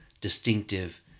distinctive